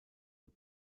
the